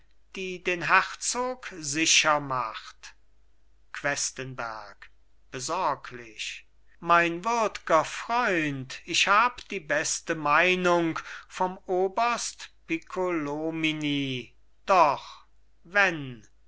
die den herzog sicher macht questenberg besorglich mein würdger freund ich hab die beste meinung vom oberst piccolomini doch wenn